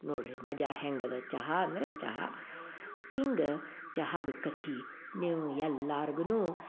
ನೋಡ್ರಿ ಮಜಾ ಹೆಂಗದ ಚಹಾ ಅಂದ್ರೆ ಚಹಾ ಹಿಂಗೆ ಚಹಾದ ಕಥೆ ನೀವು ಎಲ್ಲಾರ್ಗು